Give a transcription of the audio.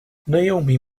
naomi